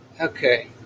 Okay